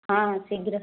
ହଁ ଶୀଘ୍ର